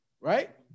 right